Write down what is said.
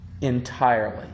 entirely